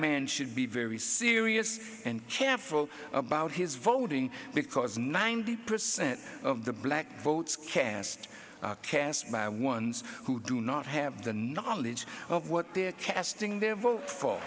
man should be very serious and careful about his voting because ninety percent of the black votes cast cast by ones who do not have the knowledge of what they're casting their vote for